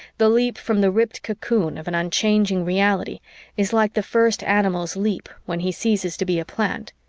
the leap from the ripped cocoon of an unchanging reality is like the first animal's leap when he ceases to be a plant,